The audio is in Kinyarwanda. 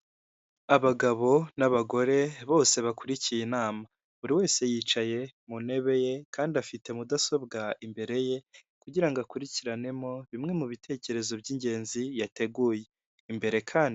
Urujya n'uruza rw'abantu benshi bo mu ngeri zose baremye isoko ryubakiye ryiganjemo ibikomoka ku buhinzi birimo amacunga, indimu, ibinyomoro, kokombure, imineke n'ibindi byinshi hagamijwe guteza imbere ibikomoka